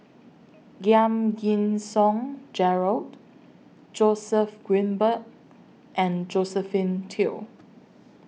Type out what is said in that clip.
Giam Yean Song Gerald Joseph Grimberg and Josephine Teo